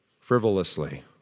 frivolously